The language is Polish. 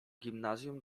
gimnazjum